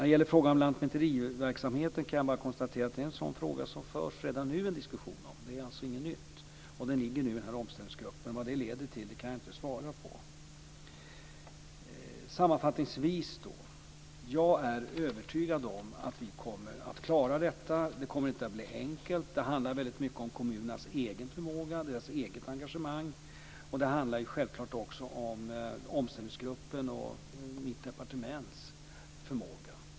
Det förs redan nu en diskussion om lantmäteriverksamheten, så det är alltså inget nytt. Lantmäterifrågan ligger nu hos omställningsgruppen, och vad det leder till kan jag inte svara på. Sammanfattningsvis är jag övertygad om att vi kommer att klara detta, men det blir inte enkelt. Det handlar väldigt mycket om kommunernas egen förmåga, deras eget engagemang och det handlar självfallet också om omställningsgruppens och mitt departements förmåga.